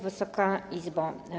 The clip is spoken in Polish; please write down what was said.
Wysoka Izbo!